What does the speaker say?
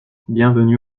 bienvenue